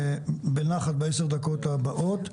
בעשר הדקות הבאות.